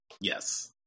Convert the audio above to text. Yes